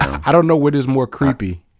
i don't know what is more creepy,